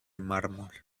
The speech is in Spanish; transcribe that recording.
mármol